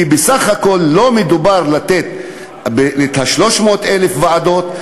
כי בסך הכול לא מדובר על 300,000 הוועדות,